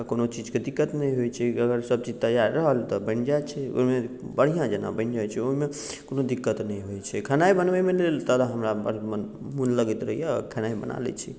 आओर कोनो चीजके दिक्कत नहि होइ छै अगर सब चीज तैयार रहल तऽ बनि जाइ छै ओहिमे बढ़िआँ जेना बनि जाइ छै ओहिमे कोनो दिक्कत नहि होइ छै खेनाइ बनबैमे नहि तऽ हमरा मोन लगैत रहैए खेनाइ बना लै छी